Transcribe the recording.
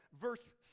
verse